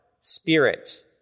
Spirit